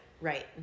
right